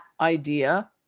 idea